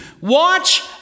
Watch